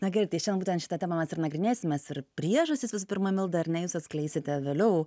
na gerai tai šian būtent šitą temą mes ir nagrinėsimės ir priežastis visų pirma milda ar ne jūs atskleisite vėliau